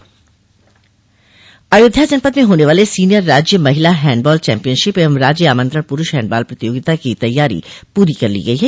अयोध्या जनपद में होने वाले सीनियर राज्य महिला हैंडबाल चैम्पियनशिप एवं राज्य आमंत्रण पुरूष हैंडबाल प्रतियोगिता की तैयारी पूरी कर ली गई है